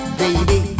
baby